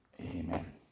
amen